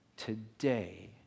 today